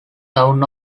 town